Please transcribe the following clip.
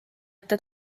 ette